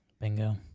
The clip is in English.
Bingo